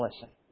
listen